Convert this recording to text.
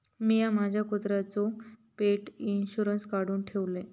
मिया माझ्या कुत्र्याचो पेट इंशुरन्स काढुन ठेवलय